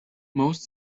most